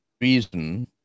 reason